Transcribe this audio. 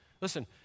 Listen